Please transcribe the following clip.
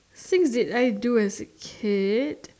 thing did I do as a kid